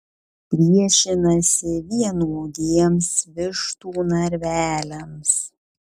priešinasi vienodiems vištų narveliams